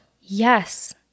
Yes